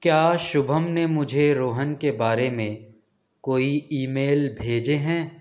کیا شبھم نے مجھے روہن کے بارے میں کوئی ای میل بھیجے ہیں